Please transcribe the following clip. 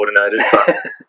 uncoordinated